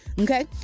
Okay